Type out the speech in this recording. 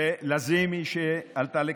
ולזימי, שעלתה לכאן.